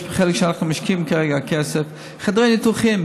יש חלק שאנחנו משקיעים בהם כרגע כסף: חדרי ניתוחים,